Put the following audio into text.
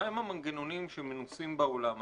מהם המנגנונים שמנוסים בעולם היום,